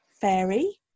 Fairy